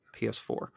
PS4